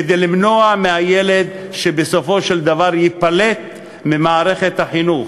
כדי למנוע מהילד בסופו של דבר להיפלט ממערכת החינוך.